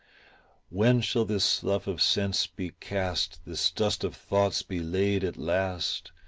when shall this slough of sense be cast, this dust of thoughts be laid at last,